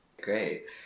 great